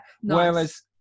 whereas